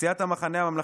סיעת המחנה הממלכתי,